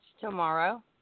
tomorrow